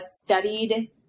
studied